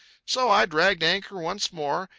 so i dragged anchor once more,